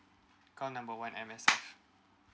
call number one M_S_F